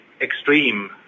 extreme